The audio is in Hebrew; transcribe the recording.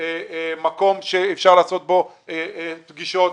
מקום שאפשר לעשות בו פגישות.